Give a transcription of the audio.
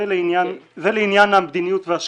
זה לעניין המדיניות והשקיפות.